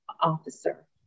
officer